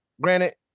Granted